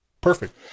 Perfect